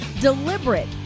deliberate